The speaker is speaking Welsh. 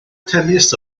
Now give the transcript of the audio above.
tennis